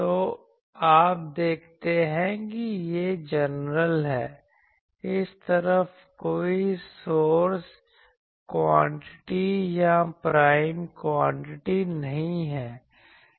तो आप देखते हैं कि यह जनरल है इस तरफ कोई सोर्स क्वांटिटी या प्राइम क्वांटिटी नहीं है